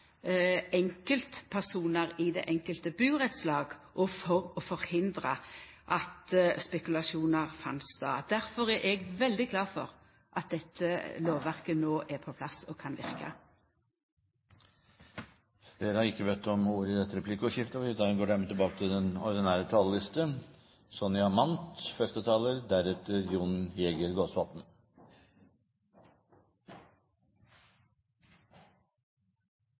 i det enkelte burettslaget og for å forhindra spekulasjonar. Difor er eg veldig glad for at dette lovverket no er på plass og kan verka. Flere har ikke bedt om ordet til replikk. Vi forslagsstillere løfter denne saken til